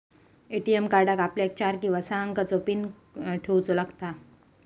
ATM कार्डाक आपल्याक चार किंवा सहा अंकाचो पीन ठेऊचो लागता